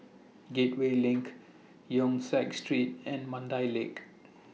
Gateway LINK Yong Siak Street and Mandai Lake